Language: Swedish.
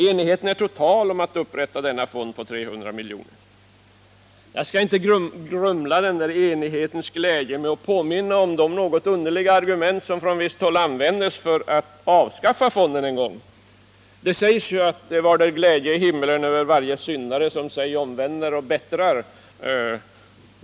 Enigheten är total om att upprätta denna fond på 300 miljoner. Jag skall inte grumla enighetens glädje med att påminna om de underliga argument som från visst håll användes för att avskaffa fonden en gång. Det sägs att det varder glädje i himlen över varje syndare som sig omvänder och bättrar.